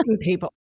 people